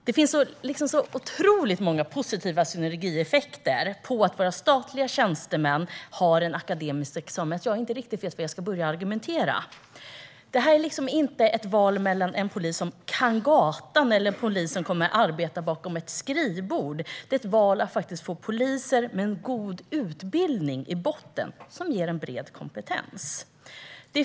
Det finns så otroligt många positiva synergieffekter med att våra statliga tjänstemän har en akademisk examen att jag inte riktigt vet var jag ska börja argumentera. Detta är inte ett val mellan en polis som "kan gatan" eller en polis som kommer att arbeta vid ett skrivbord, utan det är ett val att få poliser med en god utbildning i botten som ger en bred kompetens.